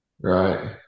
Right